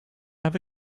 have